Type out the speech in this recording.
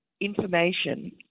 information